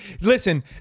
Listen